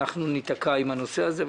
שייתקעו עם הנושא הזה.